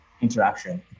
interaction